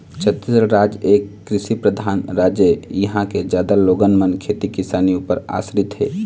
छत्तीसगढ़ राज एक कृषि परधान राज ऐ, इहाँ के जादा लोगन मन खेती किसानी ऊपर आसरित हे